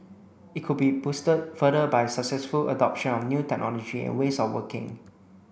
it could be boosted further by successful adoption of new technology and ways of working